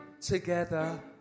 together